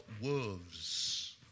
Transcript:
wolves